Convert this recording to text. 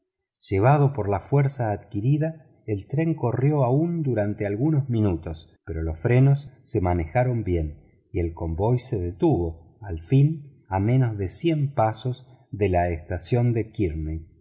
locomotora huía con mayor velocidad el corrió aún durante algunos minutos pero los frenos se manejaron bien y el convoy se detuvo al fin a menos de cien pasos de la estación de